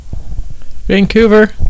vancouver